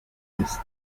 ist